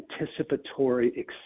anticipatory